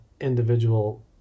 individual